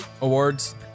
awards